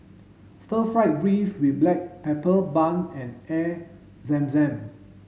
stir fried beef with black pepper bun and Air Zam Zam